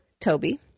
toby